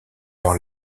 leur